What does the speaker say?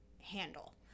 handle